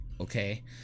okay